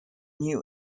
new